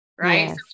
right